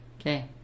Okay